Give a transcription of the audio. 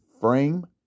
frame